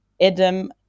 Adam